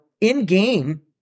in-game